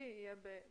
השלישי יהיה במרס